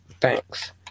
Thanks